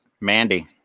Mandy